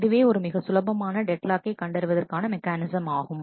இதுவே ஒரு மிக சுலபமான டெட் லாக்கை கண்டறிவதற்கான மெக்கானிசம் ஆகும்